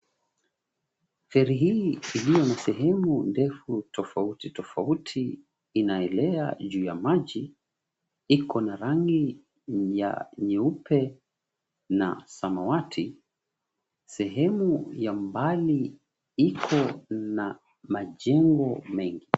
Feri hii iliyo na sehemu ndefu tofauti tofauti inaelea juu ya maji iko na rangi ya nyeupe na samawati. Sehemu ya mbali iko na majengo mengi.